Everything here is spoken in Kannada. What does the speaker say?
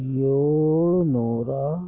ಏಳು ನೂರ